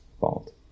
fault